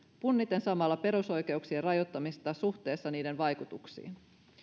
punniten samalla perusoikeuksien rajoittamista suhteessa niiden vaikutuksiin